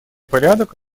порядок